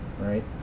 right